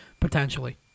potentially